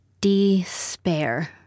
Despair